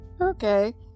Okay